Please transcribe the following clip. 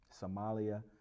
Somalia